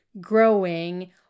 growing